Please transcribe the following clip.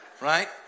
Right